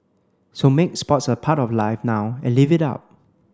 so make sports a part of life now and live it up